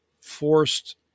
forced—